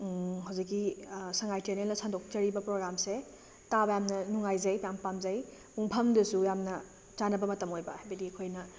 ꯍꯧꯖꯤꯛꯀꯤ ꯁꯉꯥꯏ ꯆꯦꯅꯦꯜꯅ ꯁꯟꯗꯣꯛꯆꯔꯤꯕ ꯄ꯭ꯔꯣꯒ꯭ꯔꯥꯝꯁꯦ ꯇꯥꯕ ꯌꯥꯝꯅ ꯅꯨꯡꯉꯥꯏꯖꯩ ꯌꯥꯝ ꯄꯥꯝꯖꯩ ꯄꯨꯡꯐꯝꯗꯨꯁꯨ ꯌꯥꯝꯅ ꯆꯟꯅꯕ ꯃꯇꯝ ꯑꯣꯏꯕ ꯍꯥꯏꯕꯗꯤ ꯑꯩꯈꯣꯏꯅ